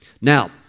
Now